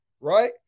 right